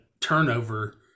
turnover